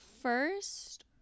first